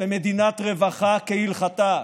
למדינת רווחה כהלכתה,